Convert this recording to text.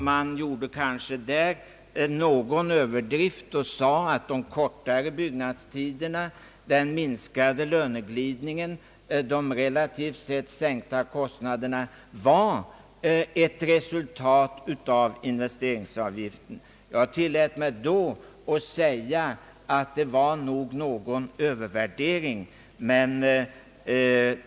Man gjorde sig kanske där skyldig till någon överdrift, då man sade att de kortare byggnadstiderna, den minskade löneglidningen och de relativt sett sänkta kostnaderna var ett resultat av investeringsavgiften. Jag tillät mig då att säga att det nog var någon övervärdering.